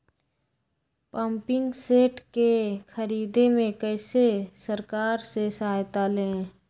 Pumping set के ख़रीदे मे कैसे सरकार से सहायता ले?